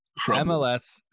MLS